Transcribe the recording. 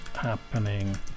happening